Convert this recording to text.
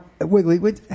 Wiggly